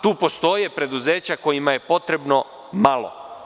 Tu postoje preduzeća kojima je potrebno malo.